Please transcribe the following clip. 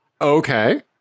Okay